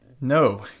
No